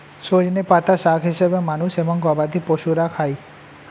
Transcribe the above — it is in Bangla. সজনে পাতা শাক হিসেবে মানুষ এবং গবাদি পশুরা খায়